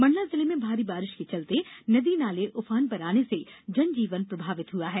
मंडला जिले में भारी बारिश के चलते नदी नाले ऊफान पर आने से जनजीवन प्रभावित हुआ है